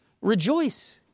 rejoice